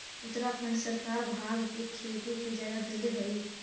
उत्तराखंड सरकार भाँग के खेती के इजाजत देले हइ